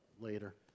later